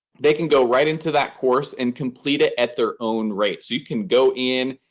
they can go right into that course and complete it at their own rate. so you can go in.